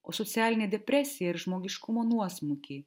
o socialinę depresiją ir žmogiškumo nuosmukį